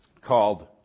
called